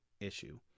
issue